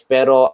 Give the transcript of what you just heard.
Pero